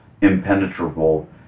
impenetrable